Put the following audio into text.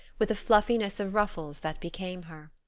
with a fluffiness of ruffles that became her.